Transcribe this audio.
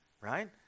right